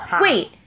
wait